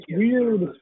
weird